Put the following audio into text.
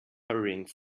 hurrying